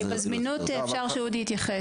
לגבי הזמינות אפשר שאודי יתייחס.